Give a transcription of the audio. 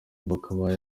byakabaye